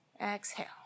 Exhale